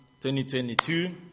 2022